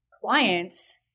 clients